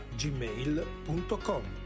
gmail.com